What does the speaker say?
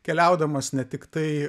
keliaudamas ne tiktai